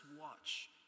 watch